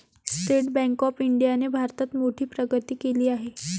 state bank of इंडियाने भारतात मोठी प्रगती केली आहे